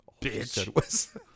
Bitch